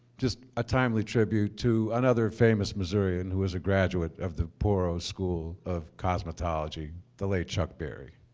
just a timely tribute to another famous missourian who was a graduate of the poro school of cosmetology, the late chuck berry.